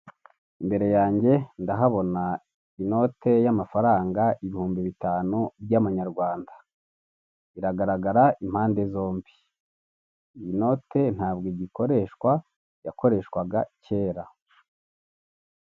Imbere yanjye ndahabona inote y'amafaranga ibihumbi bitanu by'amanyarwanda, iragaragara impande zombi. Iyi note ntabwo igikoreshwa yakoreshwaga kera.